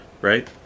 right